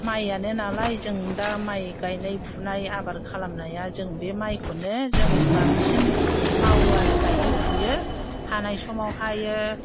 माइयानो नालाय जों दा माइ गायनाय फुनाय आबाद खालामनाया जों बे माइखौनो जों बांसिन मावो आरो गायो फुयो हानाय समाव हायो